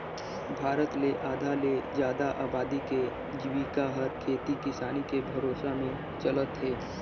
भारत ले आधा ले जादा अबादी के जिविका हर खेती किसानी के भरोसा में चलत हे